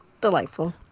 delightful